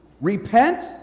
Repent